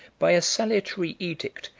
by a salutary edict,